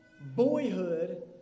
boyhood